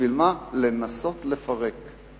למה לנסות לפרק?